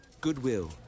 Goodwill